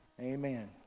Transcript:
Amen